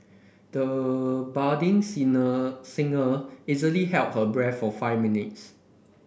the budding singer singer easily held her breath for five minutes